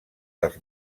dels